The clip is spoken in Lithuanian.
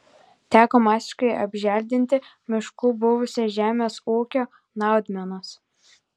teko masiškai apželdinti mišku buvusias žemės ūkio naudmenas